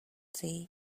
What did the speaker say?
see